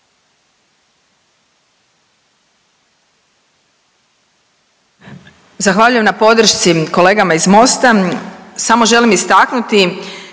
Zahvaljujem na podršci kolegama iz Mosta. Samo želim istaknuti